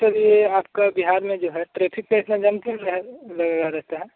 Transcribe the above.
sir ये आपका बिहार में जो है ट्रैफिक पर इतना जम क्यों लगा रहता है